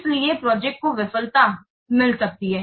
इसलिए प्रोजेक्ट को विफलता मिल सकती है